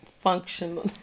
functional